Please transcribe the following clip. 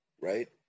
right